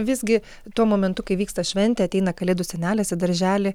visgi tuo momentu kai vyksta šventė ateina kalėdų senelis į darželį